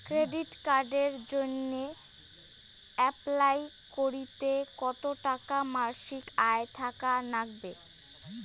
Credit কার্ডের জইন্যে apply করিতে কতো টাকা মাসিক আয় থাকা নাগবে?